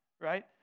right